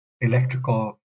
electrical